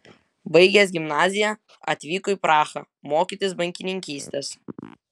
baigęs gimnaziją atvyko į prahą mokytis bankininkystės